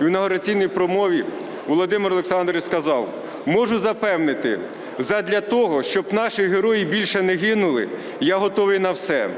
в інавгураційній промові Володимир Олександрович сказав: "Можу запевнити, задля того, щоб наші герої більше не гинули, я готовий на все,